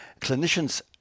Clinicians